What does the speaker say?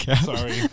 Sorry